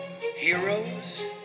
Heroes